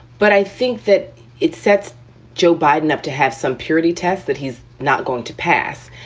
but i think that it sets joe biden up to have some purity tests that he's not going to pass.